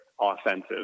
offensive